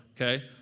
okay